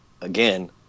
again